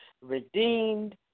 redeemed